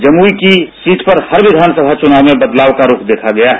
जमुई की सीट पर हर विधान सभा चुनाव में बदलाव का रुख देखा गया है